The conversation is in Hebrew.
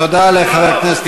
תודה לחבר הכנסת חמד עמאר.